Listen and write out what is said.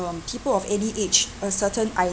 um people of any age a certain